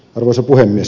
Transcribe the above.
arvoisa puhemies